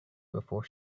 before